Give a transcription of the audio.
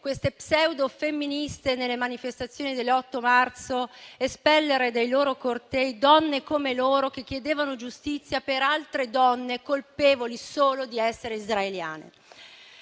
queste pseudo-femministe, nelle manifestazioni dell'8 marzo, espellere dai loro cortei donne come loro che chiedevano giustizia per altre donne colpevoli solo di essere israeliane.